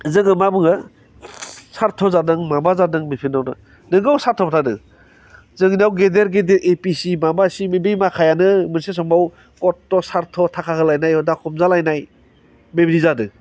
जोङो मा बुङो सार्थ जादों माबा जादों बिभिन्न नोंगौ सार्थफ्रानो जोंनाव गेदेर गेदेर ए पि एस सि माबासि बे माखायानो मोनसे समाव कर्त सार्थ थाखा होलायनाय दा हमजालायनाय बे बि जादों